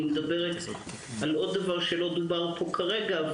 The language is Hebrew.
אני מדברת על עוד דבר שלא דובר פה כרגע,